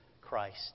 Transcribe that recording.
Christ